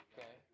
Okay